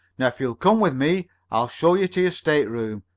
now if you'll come with me i'll show you to your stateroom.